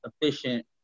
efficient